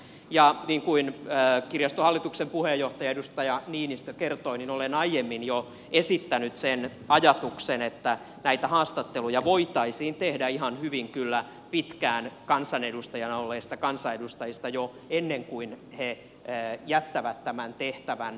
niin kuin kirjaston hallituksen puheenjohtaja edustaja niinistö kertoi olen aiemmin jo esittänyt ajatuksen että näitä haastatteluja voitaisiin ihan hyvin tehdä pitkään kansanedustajana olleista kansanedustajista jo ennen kuin he jättävät tehtävän